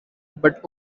but